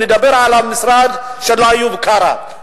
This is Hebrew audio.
ונדבר על המשרד של איוב קרא,